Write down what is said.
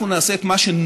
אנחנו נעשה את מה שנכון,